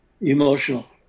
emotional